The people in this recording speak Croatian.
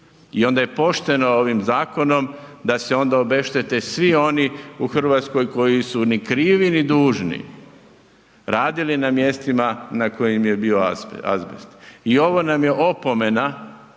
I onda je pošteno ovim zakonom da se onda obeštete svi oni u Hrvatskoj koji su ni krivi, ni dužni radili na mjestima na kojima je bio azbest. I ovo nam je opomena